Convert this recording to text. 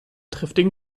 triftigen